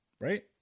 right